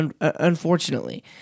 unfortunately